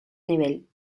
nivell